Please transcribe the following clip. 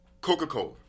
Coca-Cola